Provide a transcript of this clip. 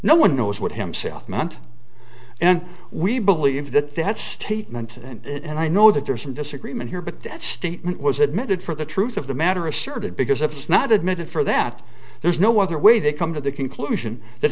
no one knows what himself meant and we believe that that statement and i know that there's some disagreement here but that statement was admitted for the truth of the matter asserted because if not admitted for that there's no other way they come to the conclusion that